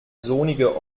sonniger